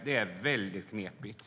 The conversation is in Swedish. Det är väldigt knepigt.